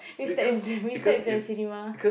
we slept in we slept in the cinema